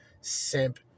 simp